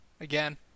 Again